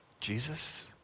Jesus